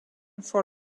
for